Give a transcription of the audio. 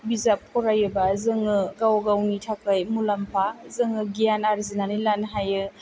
बिजाब फराइयोबा जोङो गाव गावनि थाखाय मुलाम्फा जोङो गियान आरजिनानै लानो हायो